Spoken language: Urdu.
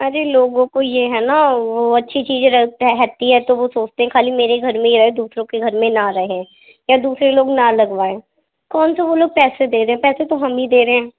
ارے لوگوں کو یہ ہے نا وہ اچھی چیزیں رہتا رہتی ہے تو وہ سوچتے ہیں خالی میرے گھر میں ہی رہے دوسروں کے گھر میں نا رہے یا دوسرے لوگ نہ لگوائیں کون سا وہ لوگ پیسے دے رہے ہیں پیسے تو ہمیں دے رہے